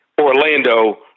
Orlando